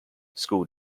school